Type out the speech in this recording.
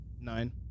Nine